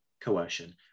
coercion